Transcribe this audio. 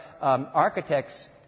architects